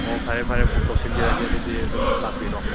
ꯑꯣ ꯐꯔꯦ ꯐꯔꯦ ꯕꯨꯛ ꯇꯧꯁꯤꯟꯕꯤꯔꯒꯦ ꯑꯗꯨꯗꯤ ꯑꯗꯨꯝ ꯂꯥꯛꯄꯤꯔꯣ